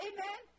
Amen